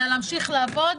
אלא להמשיך לעבוד